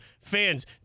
fans